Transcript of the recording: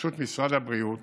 בראשות משרד הבריאות